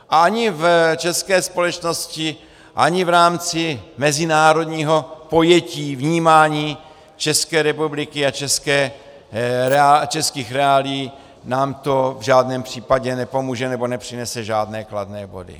A ani v české společnosti, ani v rámci mezinárodního pojetí vnímání České republiky a českých reálií nám to v žádném případě nepomůže nebo nepřinese žádné kladné body.